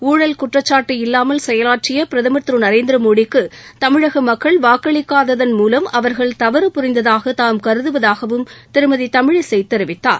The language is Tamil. ஊழல் குற்றச்சாட்டு இல்லாமல் செயலாற்றிய பிரதமர் திரு நரேந்திரமோடிக்கு தமிழக மக்கள் வாக்களிக்காததன் மூலம் அவா்கள் தவறு புரிந்ததாக தாம் கருதுவதாகவும் திருமதி தமிழிசை தெரிவித்தார்